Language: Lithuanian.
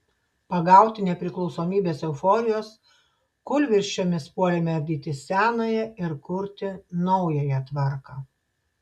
pagauti nepriklausomybės euforijos kūlvirsčiomis puolėme ardyti senąją ir kurti naująją tvarką